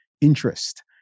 interest